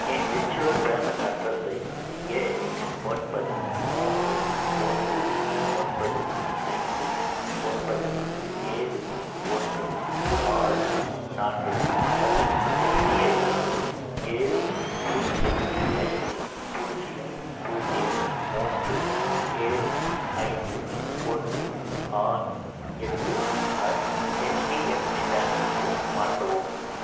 என் virtual payment அட்ரஸை ஏழு ஒன்பது மூன்று ஒன்று ஒன்பது ஐந்து ஒன்பது ஏழு ஒன்று ஆறு நான்கு அட் எஸ்பிஐயிலிருந்து ஏழு பூஜ்யம் ஐந்து பூஜ்யம் பூஜ்யம் மூன்று ஏழு ஐந்து ஒன்று ஆறு எட்டு அட் ஹெச்டிஎஃப்சி பேங்க்குக்கு மாற்றவும்